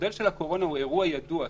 המודל של הקורונה הוא אירוע ידוע.